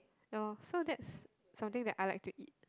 oh so that's something that I like to eat